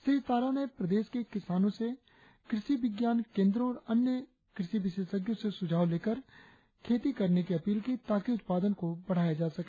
श्री तारा ने प्रदेश के किसानों से कृषि विज्ञान केमद्रों और अन्य कृषि विशेषज्ञों से सुझाव लेकर हेती करने की अपील की ताकि उत्पादन को बढ़ाया जा सके